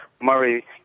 Murray